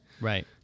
Right